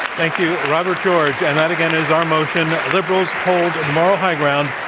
thank you, robert george. and that again is our motion, liberals hold the moral high ground,